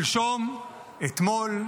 שלשום, אתמול,